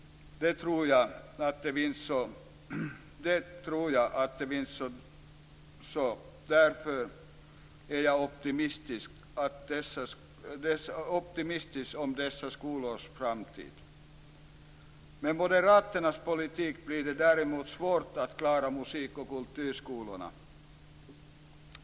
Det tror jag att det finns, så därför är jag optimistisk om dessa skolors framtid. Med moderaternas politik blir det däremot svårt att klara musik och kulturskolorna.